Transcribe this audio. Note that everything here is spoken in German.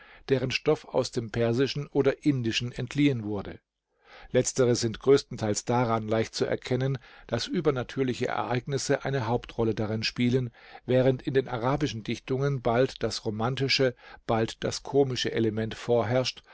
deren stoff aus dem persischen oder indischen entliehen wurde letztere sind größtenteils daran leicht zu erkennen daß übernatürliche ereignisse eine hauptrolle darin spielen während in den arabischen dichtungen bald das romantische bald das komische element vorherrscht